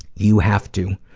you have to